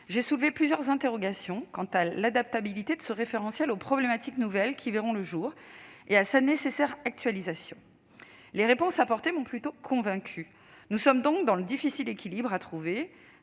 J'ai soulevé plusieurs interrogations quant à l'adaptabilité de ce référentiel aux problématiques nouvelles qui verront le jour et à sa nécessaire actualisation. Les réponses apportées m'ont plutôt convaincue. Nous sommes donc dans le difficile équilibre à trouver